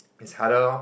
it's harder lor